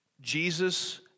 Jesus